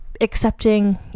accepting